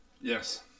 Yes